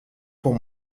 pour